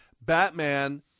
Batman